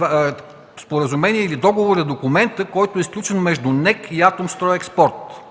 а споразумението или договорът е документът, сключен между НЕК и „Атомстройекспорт”.